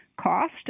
cost